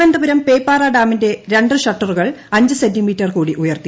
തിരുവനന്തപുരം പേപ്പാറ ഡാമിന്റെ രണ്ട് ഷട്ടറുകൾ അഞ്ച് സെന്റീമീറ്റർ കൂടി ഉയർത്തി